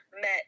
met